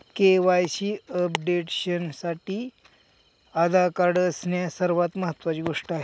KYC अपडेशनसाठी Aadhaar card असणे सर्वात महत्वाची गोष्ट आहे